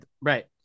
Right